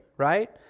Right